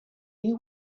you